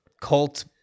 cult